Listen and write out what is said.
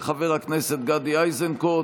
של חבר הכנסת איזנקוט.